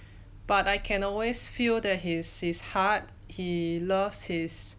but I can always feel that his his heart he loves his